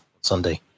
Sunday